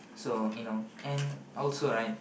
so you know and also right